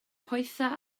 poethaf